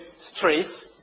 stress